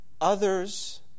others